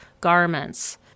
garments